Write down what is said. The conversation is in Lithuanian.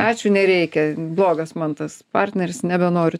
ačiū nereikia blogas man tas partneris nebenoriu